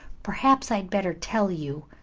perhaps i had better tell you.